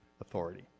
Authority